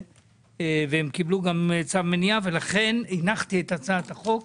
ו הם קיבלו גם צו מניעה ולכן הנחתי את הצעת החוק.